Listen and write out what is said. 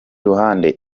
ruhande